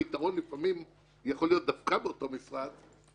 היתרון לפעמים יכול להיות דווקא באותו משרד,